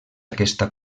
aquesta